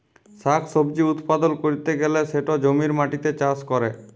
শাক সবজি উৎপাদল ক্যরতে গ্যালে সেটা জমির মাটিতে চাষ ক্যরে